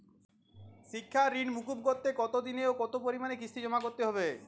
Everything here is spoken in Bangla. শিক্ষার ঋণ মুকুব করতে কতোদিনে ও কতো পরিমাণে কিস্তি জমা করতে হবে?